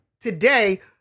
Today